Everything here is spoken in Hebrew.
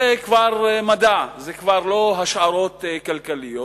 זה כבר מדע, זה כבר לא השערות כלכליות.